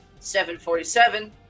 747